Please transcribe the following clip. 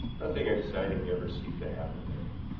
nothing exciting ever seemed to happen there.